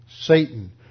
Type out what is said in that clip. Satan